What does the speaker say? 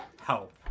help